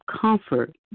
comfort